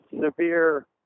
severe